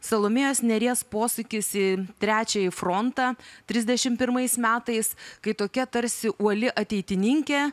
salomėjos nėries posūkis į trečiąjį frontą trisdešimt pirmais metais kai tokia tarsi uoli ateitininkė